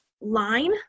line